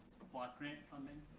block grant funding?